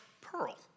pearl